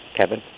Kevin